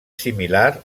similar